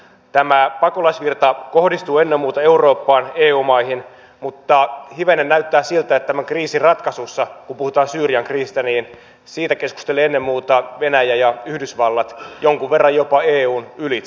tämä pakolaisvirta kohdistuu ennen muuta eurooppaan eu maihin mutta hivenen näyttää siltä että tämän kriisin ratkaisusta kun puhutaan syyrian kriisistä keskustelevat ennen muuta venäjä ja yhdysvallat jonkun verran jopa eun ylitse